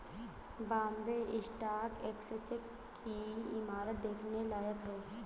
Bombay stock exchange की इमारत देखने लायक है